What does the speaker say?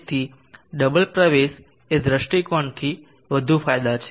તેથી ડબલ પ્રવેશ એ દૃષ્ટિકોણથી વધુ ફાયદા છે